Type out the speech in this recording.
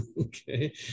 okay